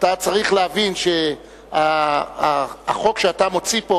אתה צריך להבין שהחוק שאתה מוציא פה,